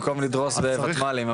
במקום לדרוס בוותמ"לים,